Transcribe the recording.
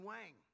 Wang